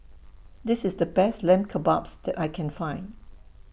This IS The Best Lamb Kebabs that I Can Find